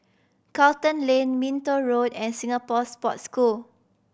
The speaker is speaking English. Charlton Lane Minto Road and Singapore Sports School